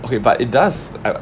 okay but it does eh